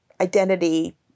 identity